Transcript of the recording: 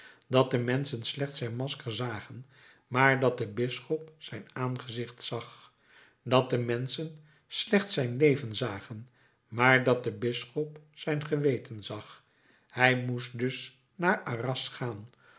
dat de menschen slechts zijn masker zagen maar dat de bisschop zijn aangezicht zag dat de menschen slechts zijn leven zagen maar dat de bisschop zijn geweten zag hij moest dus naar arras gaan